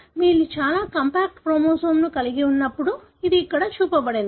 మీరు చాలా కాంపాక్ట్ క్రోమోజోమ్ను కలిగి ఉన్నప్పుడు ఇది ఇక్కడ చూపబడింది